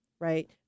right